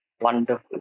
Wonderful